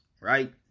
right